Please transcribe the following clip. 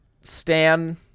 Stan